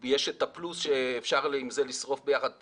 יש את הפלוס שאפשר עם זה לשרוף ביחד פלסטיק,